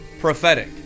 prophetic